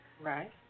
Right